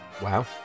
Wow